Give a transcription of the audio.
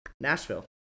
Nashville